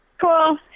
Cool